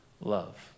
love